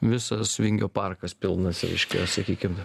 visas vingio parkas pilnas reiškia sakykim